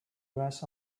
rest